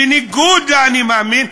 בניגוד ל"אני מאמין",